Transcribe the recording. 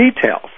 details